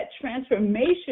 transformation